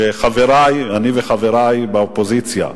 שאני וחברי באופוזיציה,